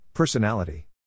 Personality